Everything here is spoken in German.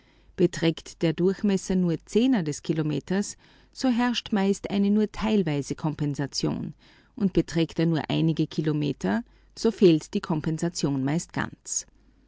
beträgt der durchmesser nur zehner des kilometers so herrscht meist nur eine teilweise kompensation und beträgt er nur einige kilometer so fehlt die kompensation meist ganz